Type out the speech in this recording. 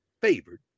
favored